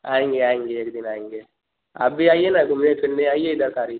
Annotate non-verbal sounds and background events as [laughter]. आएँगे आएँगे एक दिन आएँगे आप भी आइए ना घूमने फ़िरने आइए इधर [unintelligible]